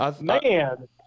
man